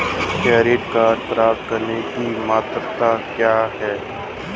Credit card प्राप्त करने की पात्रता क्या है?